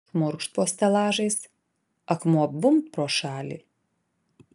šmurkšt po stelažais akmuo bumbt pro šalį